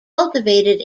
cultivated